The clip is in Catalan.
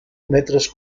metres